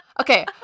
Okay